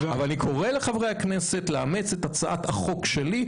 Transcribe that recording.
אני קורא לחברי הכנסת לאמץ את הצעת החוק השלי,